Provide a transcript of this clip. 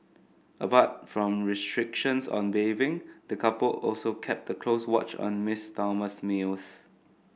apart from restrictions on bathing the couple also kept the close watch on Miss Thelma's meals